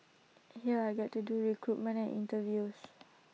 here I get to do recruitment and interviews